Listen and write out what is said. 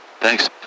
Thanks